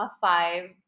five